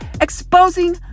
exposing